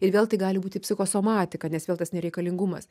ir vėl tai gali būti psichosomatika nes vėl tas nereikalingumas